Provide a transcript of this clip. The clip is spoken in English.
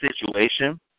situation